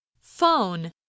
phone